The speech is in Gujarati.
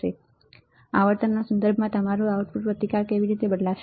આવર્તનના સંદર્ભમાં તમારું આઉટપુટ પ્રતિકાર કેવી રીતે બદલાશે